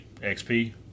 XP